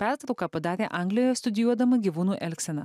pertrauką padarė anglijoje studijuodama gyvūnų elgseną